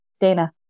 Dana